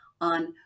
on